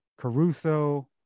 Caruso